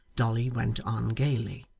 dolly went on gaily.